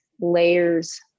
layers